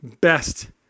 best